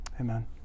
Amen